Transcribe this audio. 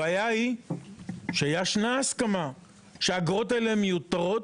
הבעיה היא שיש הסכמה שהאגרות האלה הן מיותרות,